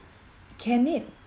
can it